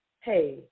Hey